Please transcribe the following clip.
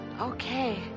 okay